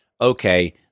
okay